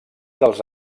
dels